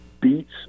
beats